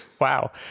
Wow